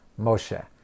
Moshe